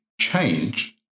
Change